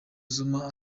zuma